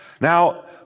Now